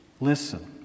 listen